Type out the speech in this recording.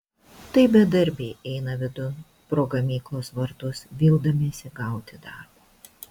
tai bedarbiai eina vidun pro gamyklos vartus vildamiesi gauti darbo